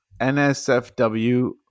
nsfw